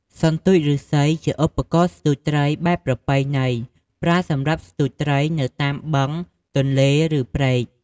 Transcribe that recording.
សន្ទូចឬស្សី ជាឧបករណ៍ស្ទួចត្រីបែបប្រពៃណី ប្រើសម្រាប់ស្ទួចត្រីនៅតាមបឹង ទន្លេ ឬ ព្រែក។